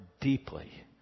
deeply